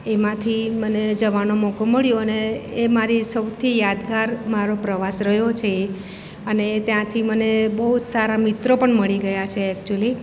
એમાંથી મને જવાનો મોકો મળ્યો અને એ મારી સૌથી યાદગાર મારો પ્રવાસ રહ્યો છે એ અને ત્યાંથી મને બહુ સારા મિત્રો પણ મળી ગયા છે એક્ચયુલી